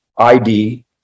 ID